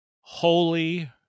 Holy